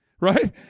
right